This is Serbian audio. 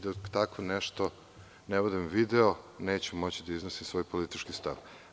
Dok tako nešto ne budem video, neću moći da iznosim svoj politički stav.